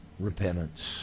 repentance